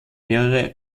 mehrere